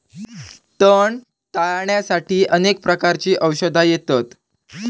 तण टाळ्याण्यासाठी अनेक प्रकारची औषधा येतत